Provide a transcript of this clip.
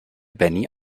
benny